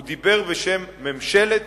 הוא דיבר בשם ממשלת